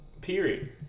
Period